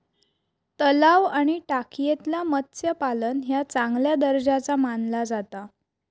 तलाव आणि टाकयेतला मत्स्यपालन ह्या चांगल्या दर्जाचा मानला जाता